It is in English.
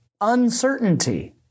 Uncertainty